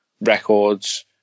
records